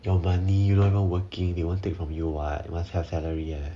your money not even working they won't take from you [what] must have salary eh